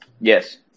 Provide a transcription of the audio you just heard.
Yes